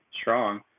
strong